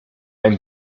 ein